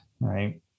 right